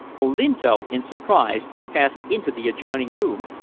olinto, in surprise, passed into the adjoining room,